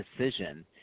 decision